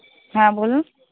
হ্যাঁ বলুন